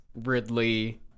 Ridley